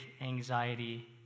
anxiety